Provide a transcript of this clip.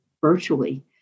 virtually